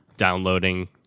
downloading